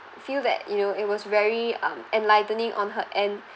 feel that you know it was very um enlightening on her end